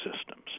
systems